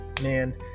man